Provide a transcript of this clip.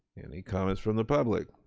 any comments from the public?